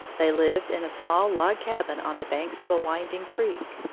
they lived in a small log cabin on the banks of a winding creek.